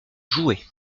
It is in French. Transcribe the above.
jouer